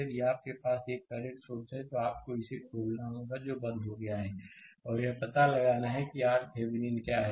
यदि आपके पास एक करंट सोर्स है तो आपको इसे खोलना होगा जो बंद हो गया है और यह पता लगाना है कि RThevenin क्या है